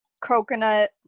coconut